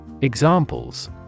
Examples